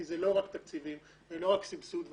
כי זה לא רק תקציבים, זה לא רק סבסוד ואכיפה,